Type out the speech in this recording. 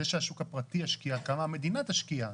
זה שהשוק הפרטי ישקיע, כמה המדינה תשקיע?